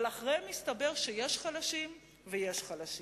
אבל אחריהן מסתבר שיש חלשים ויש חלשים.